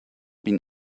been